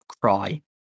cry